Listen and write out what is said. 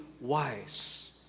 wise